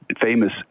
famous